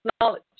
knowledge